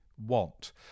want